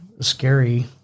scary